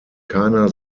keiner